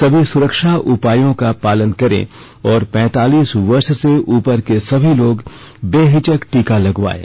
सभी सुरक्षा उपायों का पालन करें और पैंतालीस वर्ष से उपर के सभी लोग बेहिचक टीका लगवायें